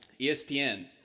ESPN